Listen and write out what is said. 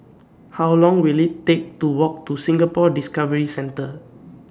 How Long Will IT Take to Walk to Singapore Discovery Centre